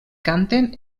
canten